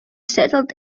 settled